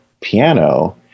piano